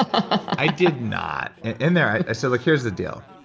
i did not. in there i said, look, here's the deal.